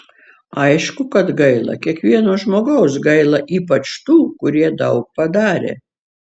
aišku kad gaila kiekvieno žmogaus gaila ypač tų kurie daug padarė